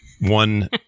one